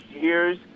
years